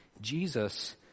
Jesus